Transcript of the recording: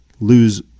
lose